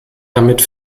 damit